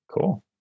cool